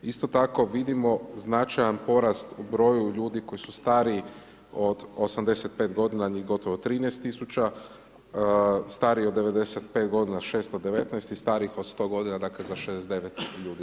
Isto tako vidimo značajan porast u broju ljudi koji su stariji od 85 godina, njih gotovo 13 000, stariji od 95 godina, 619 i starih od 100 godina, dakle, za 69 ljudi.